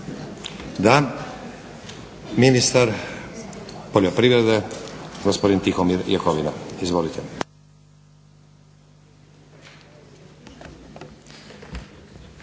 Da. Ministar poljoprivrede gospodin Tihomir Jakovina. Izvolite.